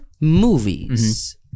movies